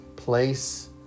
place